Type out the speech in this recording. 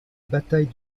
bataille